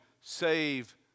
save